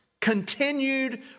Continued